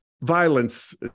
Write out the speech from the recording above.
violence